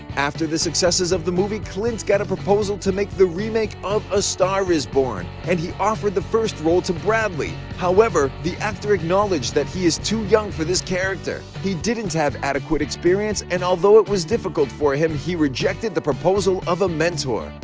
after the success of the movie, clint got a proposal to make the remake of a star is born, and he offered the first role to bradley. however, the actor acknowledged that he is too young for this character! he didn't have adequate experience, and although it was difficult for him, he rejected the proposal of a mentor.